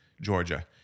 Georgia